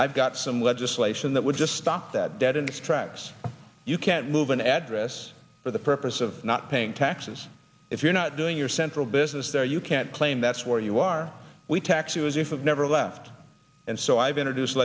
i've got some legislation that would just stop that dead in its tracks you can't move an address for the purpose of not paying taxes if you're not doing your central business there you can't claim that's where you are we taxes if you've never left and so i've introduced